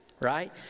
Right